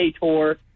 tour